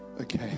Okay